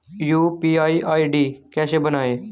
UPI ID कैसे बनाएं?